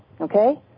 Okay